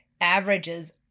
averages